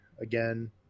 again